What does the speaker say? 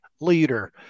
leader